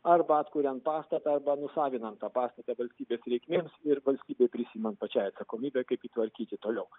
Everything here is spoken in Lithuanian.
arba atkuriant pastatą arba nusavinant tą pastatą valstybės reikmėms ir valstybei prisiimant pačiai atsakomybę kaip jį tvarkyti toliau